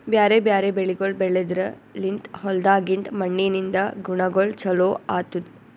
ಬ್ಯಾರೆ ಬ್ಯಾರೆ ಬೆಳಿಗೊಳ್ ಬೆಳೆದ್ರ ಲಿಂತ್ ಹೊಲ್ದಾಗಿಂದ್ ಮಣ್ಣಿನಿಂದ ಗುಣಗೊಳ್ ಚೊಲೋ ಆತ್ತುದ್